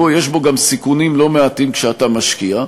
יש בו גם סיכונים לא מעטים כשאתה משקיע.